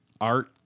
art